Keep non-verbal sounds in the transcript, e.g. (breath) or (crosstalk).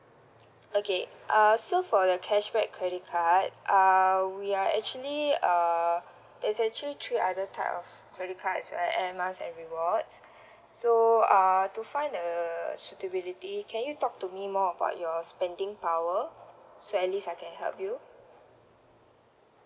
okay uh so for the cashback credit card uh we are actually uh there's actually three other type of credit cards right air miles and rewards (breath) so uh to find the suitability can you talk to me more about your spending power so at least I can help you